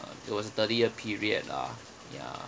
it was thirty year period lah ya